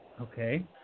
Okay